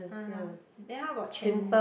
(uh huh) then how about Chen~